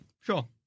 Sure